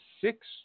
six